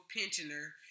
pensioner